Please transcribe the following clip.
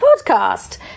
podcast